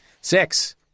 Six